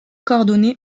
coordonnés